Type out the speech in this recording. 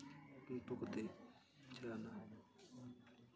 ᱠᱩᱨᱩᱢᱩᱴᱩ ᱠᱟᱛᱮᱧ ᱪᱟᱞᱟᱣ ᱮᱱᱟ